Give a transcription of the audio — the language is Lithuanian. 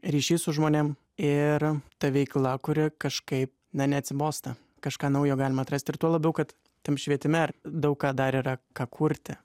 ryšys su žmonėm ir ta veikla kuri kažkaip ne neatsibosta kažką naujo galima atrasti ir tuo labiau kad tam švietime daug ką dar yra ką kurti